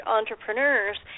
entrepreneurs